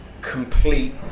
complete